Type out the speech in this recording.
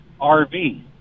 rv